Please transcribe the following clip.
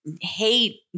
hate